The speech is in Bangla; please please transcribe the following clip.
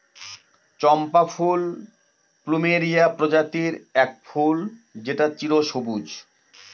চম্পা ফুল প্লুমেরিয়া প্রজাতির এক ফুল যেটা চিরসবুজ